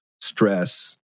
stress